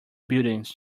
buildings